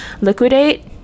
liquidate